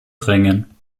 drängen